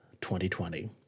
2020